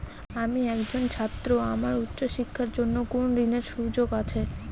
আমি একজন ছাত্র আমার উচ্চ শিক্ষার জন্য কোন ঋণের সুযোগ আছে?